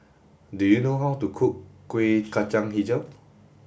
do you know how to cook Kueh Kacang Hijau